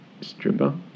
stripper